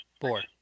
Four